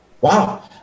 Wow